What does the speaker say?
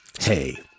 Hey